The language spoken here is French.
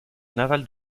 naval